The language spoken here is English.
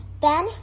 Ben